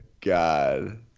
god